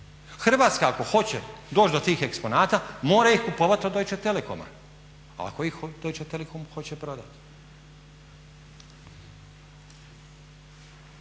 Hrvatska ako hoće doći do tih eksponata mora ih kupovat od Dutsche Telekoma ako ih Deutsche Telekom hoće prodati.